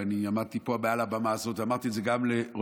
ואני עמדתי פה על הבמה הזאת ואמרתי את זה גם לראש